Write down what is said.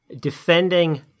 Defending